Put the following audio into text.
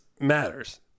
matters